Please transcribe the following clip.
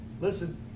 Listen